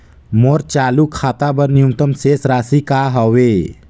मोर चालू खाता बर न्यूनतम शेष राशि का हवे?